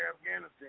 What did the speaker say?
Afghanistan